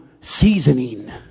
seasoning